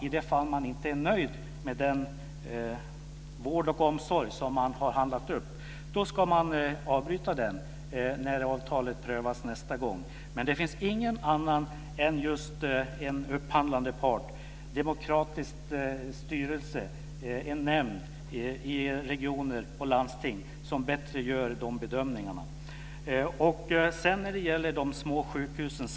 I de fall man inte är nöjd med den vård och omsorg som man har handlat upp, ska man avbryta den när avtalet prövas nästa gång. Men det finns ingen annan än just den upphandlande parten - en demokratisk styrelse eller nämnd i regioner och landsting - som bättre kan göra de bedömningarna. Samma sak när det gäller de små sjukhusen.